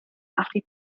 allu